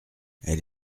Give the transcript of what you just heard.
elle